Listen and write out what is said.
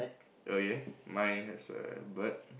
oh yea mine has a bird